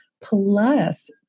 plus